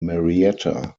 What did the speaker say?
marietta